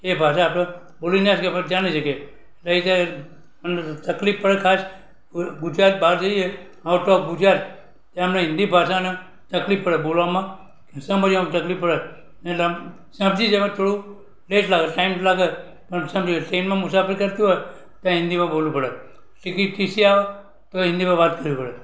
એ ભાષા આપણે બોલી ન શગીએ પણ ચાલી શકે એ રીતે તકલીફ પડે તાજ ગુજ ગુજરાત બાર જઈએ આઉટ ઓફ ગુજરાત ત્યાં અમને હિન્દી ભાષા અને તકલીફ પડે બોલવામાં કે સમજવામાં તકલીફ પડે એટલે આમ સમજી જવાય થોડું લેટ લાગે ટાઈમ લાગે પણ સમજી શકી ટ્રેનમાં મુસાફરી કરતું હોય તો હિન્દીમાં બોલવું પડે ટિકિટ ટીસી આવે તો હિન્દીમાં વાત કરવી પડે